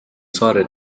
saare